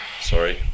Sorry